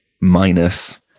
minus